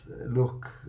look